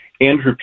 Andrew